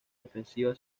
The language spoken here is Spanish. defensiva